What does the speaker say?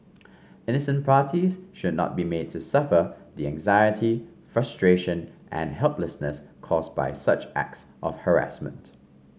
innocent parties should not be made to suffer the anxiety frustration and helplessness caused by such acts of harassment